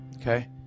Okay